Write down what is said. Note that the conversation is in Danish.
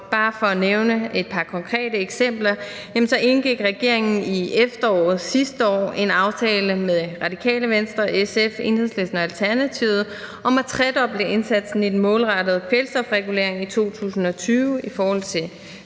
Bare for at nævne et par konkrete eksempler indgik regeringen i efteråret sidste år en aftale med Radikale Venstre, SF, Enhedslisten og Alternativet om at tredoble indsatsen i den målrettede kvælstofregulering i 2020 i forhold til